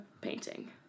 painting